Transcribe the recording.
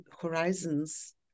horizons